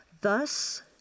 Thus